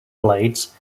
blades